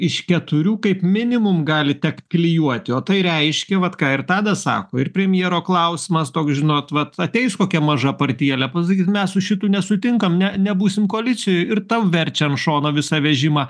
iš keturių kaip minimum gali tekt klijuoti o tai reiškia vat ką ir tadas sako ir premjero klausimas toks žinot vat ateis kokia maža partijėlė pasakys mes su šitu nesutinkam ne nebūsim koalicijoj ir tau verčia ant šono visą vežimą